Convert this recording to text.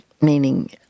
meaning